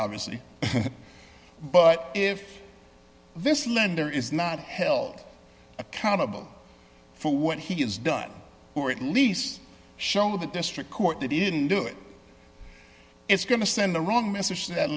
obviously but if this lender is not held accountable for what he has done or at least show the district court that he didn't do it it's going to send the wrong message that